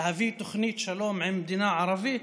להביא תוכנית שלום עם מדינה ערבית,